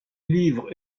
livre